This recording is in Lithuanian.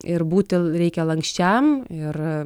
ir būti reikia lanksčiam ir